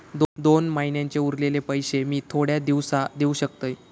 दोन महिन्यांचे उरलेले पैशे मी थोड्या दिवसा देव शकतय?